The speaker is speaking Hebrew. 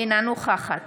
אינה נוכחת